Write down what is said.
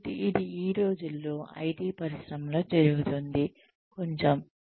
కాబట్టి ఇది ఈ రోజుల్లో ఐటి పరిశ్రమలో జరుగుతోంది కొంచెం